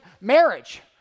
marriage